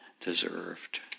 deserved